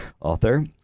author